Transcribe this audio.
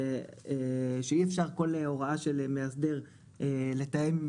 שאי אפשר כל הוראה דל מאסדר לתאם עם